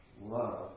love